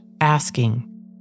asking